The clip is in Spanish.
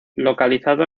localizado